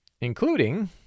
including